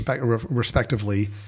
respectively